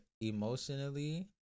emotionally